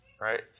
right